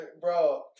bro